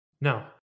No